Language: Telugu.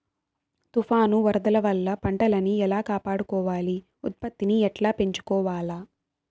తుఫాను, వరదల వల్ల పంటలని ఎలా కాపాడుకోవాలి, ఉత్పత్తిని ఎట్లా పెంచుకోవాల?